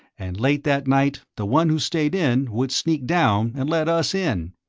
and late that night the one who stayed in would sneak down and let us in.